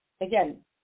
Again